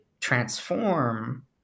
transform